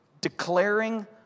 Declaring